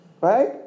right